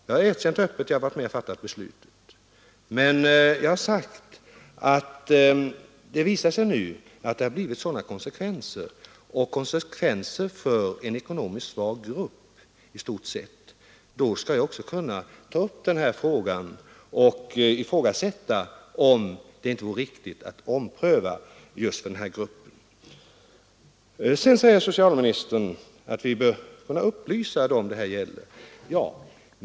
Jag har öppet erkänt att jag varit med om att fatta beslutet, men jag har sagt att jag, om det nu visar sig medföra besvärliga konsekvenser för en ekonomiskt svag grupp, också skall kunna ta upp den här saken och ifrågasätta om det inte vore riktigt att göra en omprövning just för den här gruppen. Sedan säger socialministern att vi bör kunna upplysa dem det här gäller.